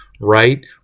right